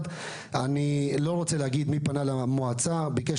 אני לא רוצה להגיד מי פנה למועצה וביקש